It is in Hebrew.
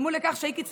תודה לשר